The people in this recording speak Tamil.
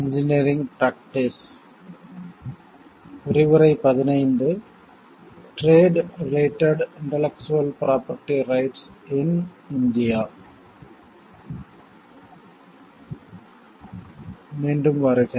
மீண்டும் வருக